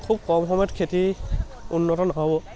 খুব কম সময়ত খেতি উন্নত নহ'ব